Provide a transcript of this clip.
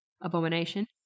abomination